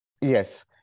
Yes